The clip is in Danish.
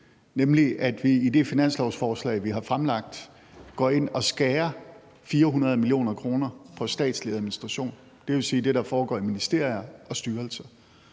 nemlig at vi i det finanslovsforslag, vi har fremlagt, går ind og skærer 400 mio. kr. på statslig administration, dvs. det, der foregår i ministerier og styrelser.